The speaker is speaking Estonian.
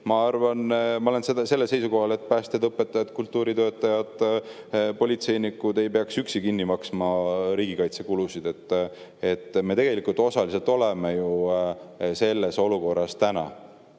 nii, ma olen sellel seisukohal, et päästjad, õpetajad, kultuuritöötajad ja politseinikud ei peaks üksi kinni maksma riigikaitsekulusid. Aga me tegelikult osaliselt oleme täna selles olukorras.